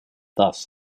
thus